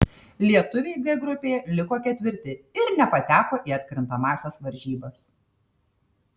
lietuviai g grupėje liko ketvirti ir nepateko į atkrintamąsias varžybas